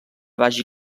vagi